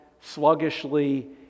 sluggishly